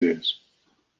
muziejus